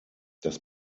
dass